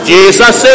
Jesus